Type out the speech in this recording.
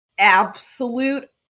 absolute